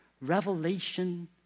revelation